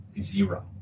zero